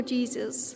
Jesus